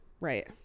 Right